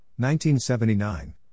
1979